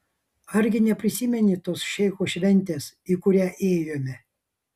argi neprisimeni tos šeicho šventės į kurią ėjome